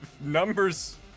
numbers